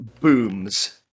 booms